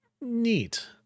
Neat